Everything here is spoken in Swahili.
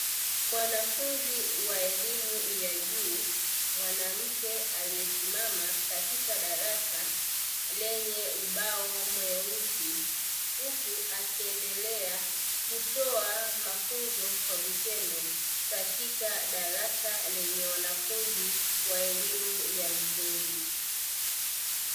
Mwanafunzi wa elimu ya juu mwanamke aliyesimama katika darasa lenye ubao mweusi, huku akiendelea kutoa mafunzo kwa vitendo katika darasa lenye wanafunzi wa elimu ya msingi.